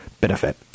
benefit